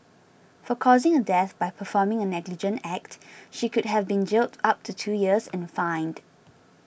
for causing a death by performing a negligent act she could have been jailed up to two years and fined